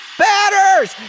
batters